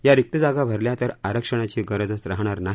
या रिक्त जागा भरल्या तर आरक्षणाची गरजचं राहणार नाही